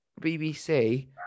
BBC